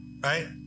right